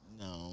No